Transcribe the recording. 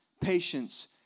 patience